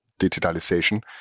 digitalization